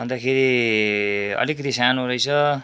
अन्तखेरि अलिकति सानो रहेछ